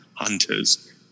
hunters